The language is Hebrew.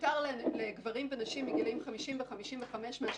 מותר לגברים ונשים מגילאים 50 ו-55 מהשטחים,